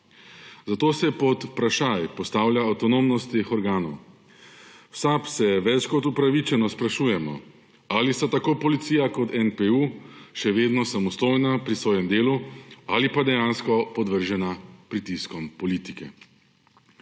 Zato se pod vprašaj postavlja avtonomnost teh organov. V SAB se več kot upravičeno sprašujemo, ali sta tako Policija kot NPU še vedno samostojna pri svojem delu, ali pa dejansko podvržena pritiskom politike.